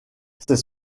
ces